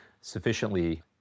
sufficiently